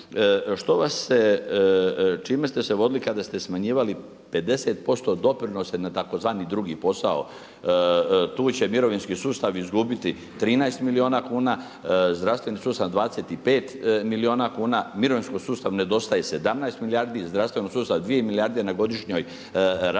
što vas se, čime ste se vodili kada ste smanjivali 50% doprinosa na tzv. drugi posao? Tu će mirovinski sustav izgubiti 13 milijuna kuna, zdravstveni sustav 25 milijuna kuna, mirovinskom sustavu nedostaje 17 milijardi, zdravstvenom sustavu 2 milijarde na godišnjoj razini